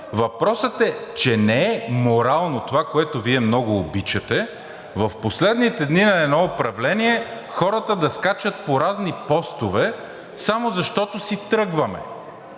Въпросът е, че не е морално – това, което Вие много обичате, в последните дни на едно управление хората да скачат по разни постове само защото си тръгваме,